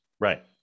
right